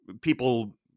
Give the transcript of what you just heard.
people